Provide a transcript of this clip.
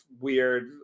weird